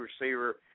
receiver